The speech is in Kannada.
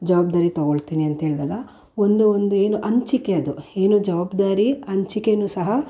ಜವಾಬ್ದಾರಿ ತಗೊಳ್ತೇನೆ ಅಂತ ಹೇಳಿದಾಗ ಒಂದು ಒಂದು ಏನು ಹಂಚಿಕೆ ಅದು ಏನು ಜವಾಬ್ದಾರಿ ಹಂಚಿಕೆಯೂ ಸಹ